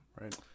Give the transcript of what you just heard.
right